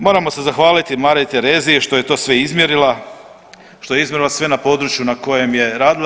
Moramo se zahvaliti Mariji Tereziji što je to sve izmjerila, što je izmjerila sve na području na kojem je radila.